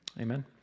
Amen